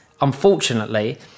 unfortunately